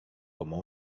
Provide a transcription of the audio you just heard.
como